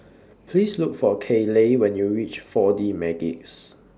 Please Look For Kayley when YOU REACH four D Magix